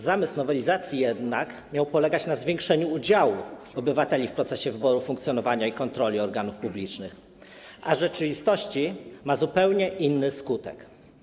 Zamysł nowelizacji miał polegać na zwiększeniu udziału obywateli w procesie wyborów funkcjonowania i kontroli organów publicznych, a w rzeczywistości ma zupełnie inny skutek.